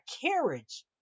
carriage